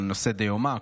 על נושאי דיומא,